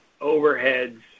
overheads